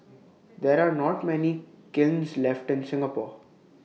there are not many kilns left in Singapore